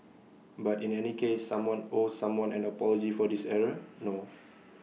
but in any case someone owes someone an apology for this error no